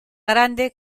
grande